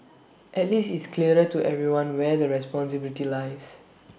at least it's clearer to everyone where the responsibility lies